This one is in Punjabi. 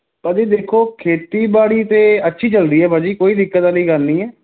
ਭਾਅ ਜੀ ਦੇਖੋ ਖੇਤੀਬਾੜੀ ਤਾਂ ਅੱਛੀ ਚੱਲ ਰਹੀ ਹੈ ਭਾਅ ਜੀ ਕੋਈ ਦਿੱਕਤ ਵਾਲੀ ਗੱਲ ਨਹੀਂ ਹੈ